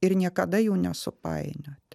ir niekada jų nesupainioti